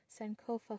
Sankofa